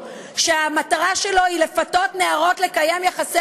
שהמטרה שלו היא לפתות נערות לקיים יחסי